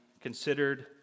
considered